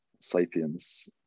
sapiens